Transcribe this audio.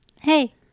hey